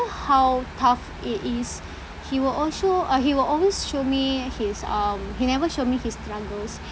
how tough it is he will all show uh he will always show me his um he never show me his struggles